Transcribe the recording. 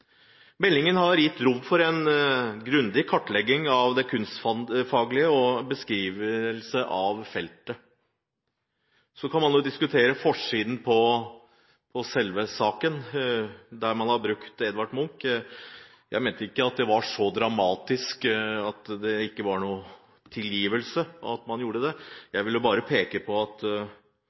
en grundig kartlegging og kunstfaglig beskrivelse av feltet. Så kan man diskutere forsiden på selve meldingen, der man har brukt Edvard Munch. Jeg mente ikke at det var så dramatisk at det ikke fantes noen tilgivelse for at man gjorde det – jeg ville bare peke på at